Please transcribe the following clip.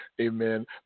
Amen